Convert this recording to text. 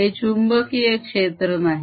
हे चुंबकीय क्षेत्र नाही